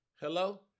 hello